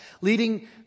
leading